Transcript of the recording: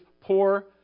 poor